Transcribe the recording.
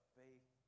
faith